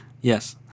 Yes